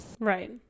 Right